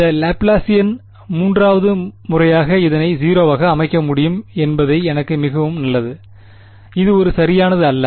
இந்த லாப்லாசியனில் மூன்றாவது முறையாக இதனை 0 ஆக அமைக்க முடியும் என்பதால் எனக்கு மிகவும் நல்லது இது ஒரு சரியானது அல்ல